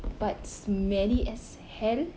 but smelly as hell